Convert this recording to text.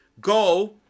go